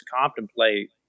contemplate